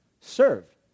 served